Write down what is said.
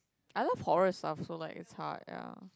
I love horror stuff so like it's hard ya